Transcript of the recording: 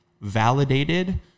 validated